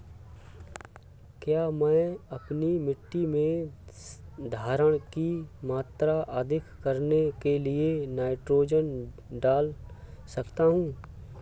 क्या मैं अपनी मिट्टी में धारण की मात्रा अधिक करने के लिए नाइट्रोजन डाल सकता हूँ?